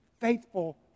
faithful